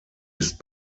ist